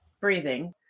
breathing